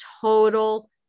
total